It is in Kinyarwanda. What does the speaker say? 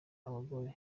abagore